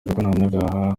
nasabaga